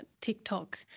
TikTok